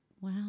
Wow